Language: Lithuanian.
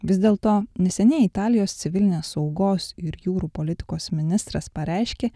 vis dėlto neseniai italijos civilinės saugos ir jūrų politikos ministras pareiškė